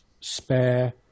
spare